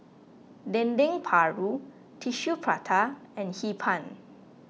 Dendeng Paru Tissue Prata and Hee Pan